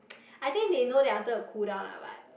I think they know that I wanted to cool down lah but